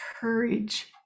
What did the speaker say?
courage